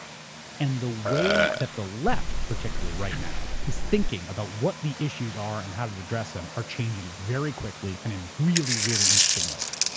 and the way that the left particularly right now is thinking about what the issues are and how to address them are changing very quickly and in really, really interesting ways.